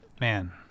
man